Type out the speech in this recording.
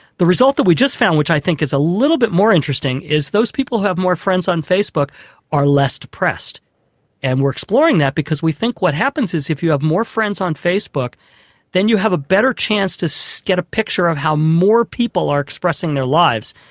the result that we just found which i think is a little bit more interesting is that those people who have more friends on facebook are less depressed and we're exploring that because we think what happens is if you have more friends on facebook then you have a better chance to so get a picture of how more people are expressing their lives.